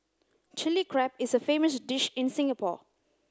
Chilli Crab is a famous dish in Singapore